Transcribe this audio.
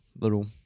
little